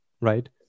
right